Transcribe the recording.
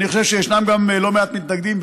אני חושב שישנם גם לא מעט מתנגדים,